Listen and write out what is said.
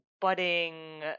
budding